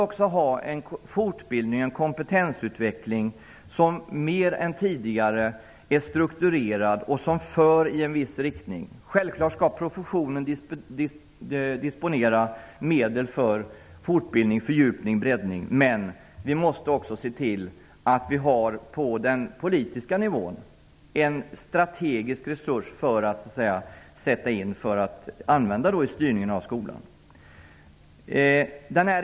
Vi måste ha en fortbildning och kompetensutveckling som mer än tidigare är strukturerad och som för i en viss riktning. Självfallet skall professionen disponera medel för fortbildning, fördjupning och breddning. Men vi måste också se till att det finns på den politiska nivån en strategisk resurs för att använda i styrningen av skolan.